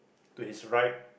to his right